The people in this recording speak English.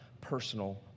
personal